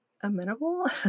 amenable